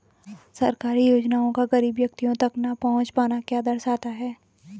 सरकारी योजनाओं का गरीब व्यक्तियों तक न पहुँच पाना क्या दर्शाता है?